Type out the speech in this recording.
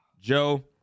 Joe